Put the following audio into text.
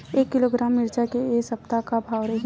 एक किलोग्राम मिरचा के ए सप्ता का भाव रहि?